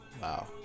Wow